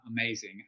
amazing